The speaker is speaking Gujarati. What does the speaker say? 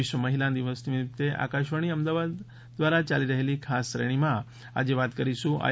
વિશ્વ મહિલા દિવસ નિમિત્તે આકાશવાણી અમદાવાદ દ્વારા ચાલી રહેલી ખાસ શ્રેણીમાં આજે વાત કરીશું આઈ